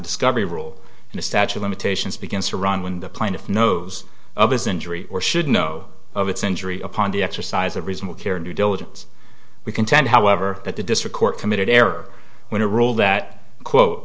discovery rule and the statue of limitations begins to run when the plaintiff knows of his injury or should know of its injury upon the exercise of reasonable care do diligence we contend however that the district court committed error when a rule that quote